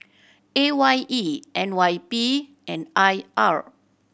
A Y E N Y P and I R